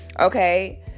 okay